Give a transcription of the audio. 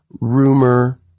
rumor